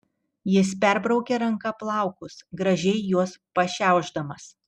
jis perbraukė ranka plaukus gražiai juos pašiaušdamas